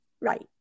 right